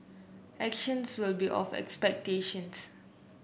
actions will be of expectations